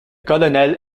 colonel